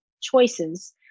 choices